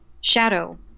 shadow